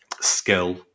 skill